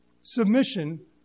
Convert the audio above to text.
submission